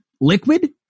liquid